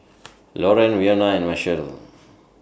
Lorean Wynona and Marshall